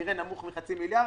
כנראה נמוך מחצי מיליארד.